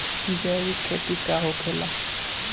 जैविक खेती का होखेला?